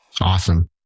Awesome